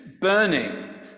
burning